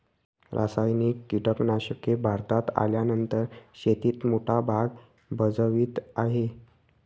रासायनिक कीटनाशके भारतात आल्यानंतर शेतीत मोठा भाग भजवीत आहे